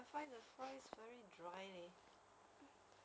too much fast food no good